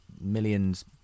millions